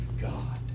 God